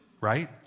right